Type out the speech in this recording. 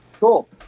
Cool